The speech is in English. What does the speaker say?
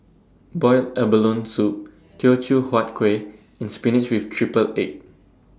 boiled abalone Soup Teochew Huat Kueh and Spinach with Triple Egg